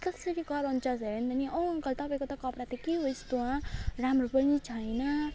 कसरी कराउँछस् हेरौँ भने अ अङ्कल तपाईँको त कपडा के हो यस्तो हँ राम्रो पनि छैन